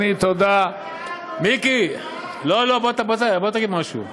מיקי, בוא תגיד את ההצעה שלך.